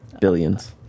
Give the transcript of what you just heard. billions